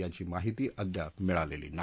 यांची माहिती अद्याप मिळालेली नाही